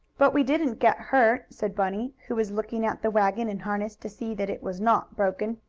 but we didn't get hurt, said bunny, who was looking at the wagon and harness to see that it was not broken.